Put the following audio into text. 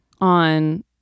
on